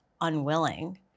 unwilling